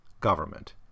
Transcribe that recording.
government